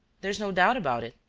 there is no doubt about it,